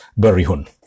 Berihun